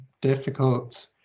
difficult